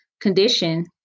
condition